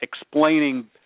explaining